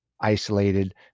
isolated